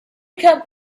kept